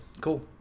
Cool